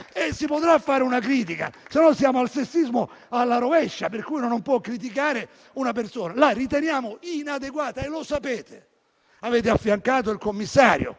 Si potrà fare una critica, altrimenti siamo al sessismo alla rovescia, per cui uno non può criticare una persona. La ritiriamo inadeguata e lo sapete. Avete affiancato il Commissario